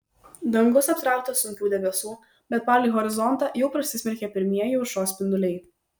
dangus aptrauktas sunkių debesų bet palei horizontą jau prasismelkė pirmieji aušros spinduliai